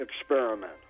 experiment